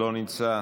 לא נמצא,